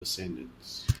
descendants